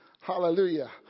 Hallelujah